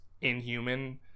inhuman